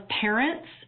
parents